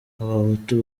abahutu